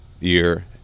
year